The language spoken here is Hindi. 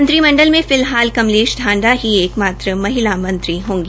मंत्रिमंडल में फिलहाल कमलेश आंडा ही एक महिला मंत्री होंगी